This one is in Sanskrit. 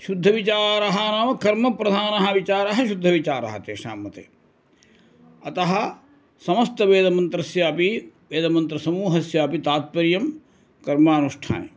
शुद्धविचारः नाम कर्मप्रधानः विचारः शुद्धविचारः तेषां मते अतः समस्तवेदमन्त्रस्यापि वेदमन्त्रसमूहस्यापि तात्पर्यं कर्मानुष्ठाने